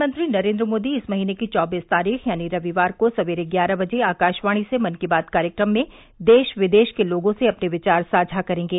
प्रधानमंत्री नरेन्द्र मोदी इस महीने की चौबीस तारीख़ यानी रविवार को सवेरे ग्यारह बजे आकाशवाणी से मन की बात कार्यक्रम में देश विदेश के लोगों से अपने विचार साझा करेंगे